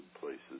places